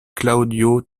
claudio